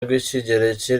rw’ikigereki